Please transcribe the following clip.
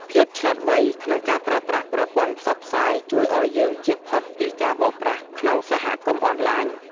ភាពឆ្លាតវៃក្នុងការប្រើប្រាស់ប្រព័ន្ធផ្សព្វផ្សាយជួយឱ្យយើងជៀសផុតពីការបោកប្រាស់ក្នុងសហគមន៍អនឡាញ។